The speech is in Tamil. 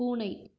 பூனை